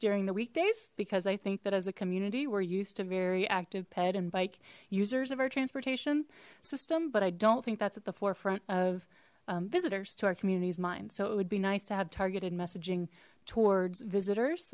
during the weekdays because i think that as a community were used to very active ped and bike users of our transportation system but i don't think that's at the forefront of visitors to our community's mind so it would be nice to have targeted messaging towards visitors